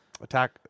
Attack